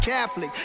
Catholic